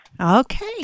Okay